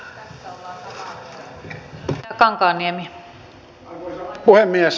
arvoisa puhemies